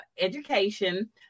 education